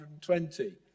120